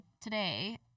today